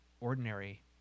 ordinary